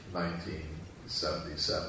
1977